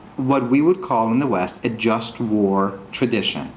what we would call in the west, a just war tradition